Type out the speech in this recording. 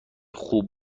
خوب